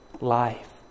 life